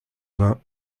vingts